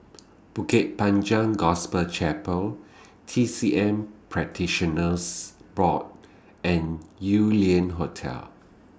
Bukit Panjang Gospel Chapel T C M Practitioners Board and Yew Lian Hotel